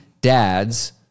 dads